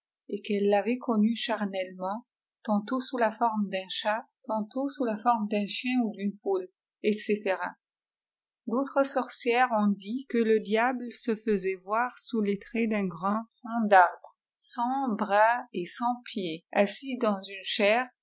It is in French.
et qu'elle l'avait cunu ctotrneupro ftt tantôt sous la forme d'un cïiat tantôt sous la forme d'un chien au repos etc d'autres sorcières ont dit que le diftw ilir sait voir sous les traits dun grand tronc d'arbi saiip b et sans pieds assis dans une chaire